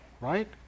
right